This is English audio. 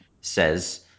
says